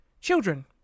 children